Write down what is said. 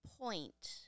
point